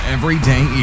Everyday